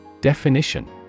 Definition